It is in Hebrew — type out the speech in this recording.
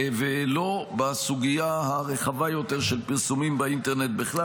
ולא בסוגיה הרחבה יותר של פרסומים באינטרנט בכלל.